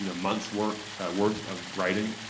yeah months work worth of writing,